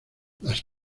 las